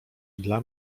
dla